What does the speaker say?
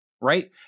right